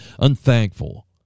unthankful